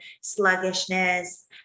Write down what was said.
sluggishness